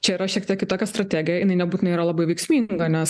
čia yra šiek tiek kitokia strategija jinai nebūtinai yra labai veiksminga nes